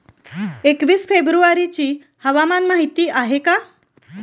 एकवीस फेब्रुवारीची हवामान माहिती आहे का?